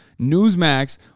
newsmax